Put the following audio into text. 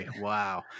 Wow